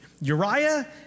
Uriah